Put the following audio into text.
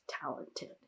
talented